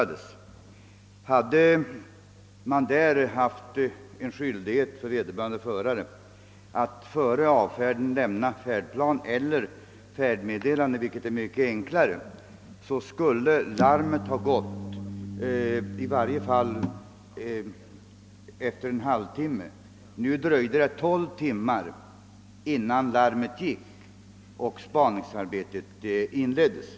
Om det vid nämnda tillfälle hade förelegat skyldighet för flygföraren att före avfärden lämna färdplan eller färdmeddelande — det senare är en mycket enklare procedur — skulle larm under efter olyckan. Nu dröjde det tolv timmar innan larmet gick och spaningsarbetet påbörjades.